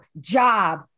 job